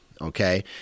okay